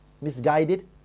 misguided